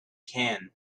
can